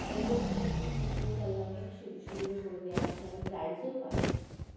এবং সেখানে জিতলে তাদের অনেক সুযোগ সুবিধা করে দেওয়া হয় তারা প্রাইজও পায়